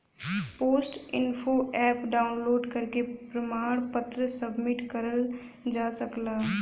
post info app download करके प्रमाण पत्र सबमिट करल जा सकला